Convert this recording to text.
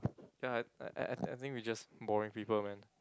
ya I I I think we're just boring people man